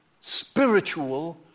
spiritual